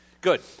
Good